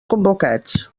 convocats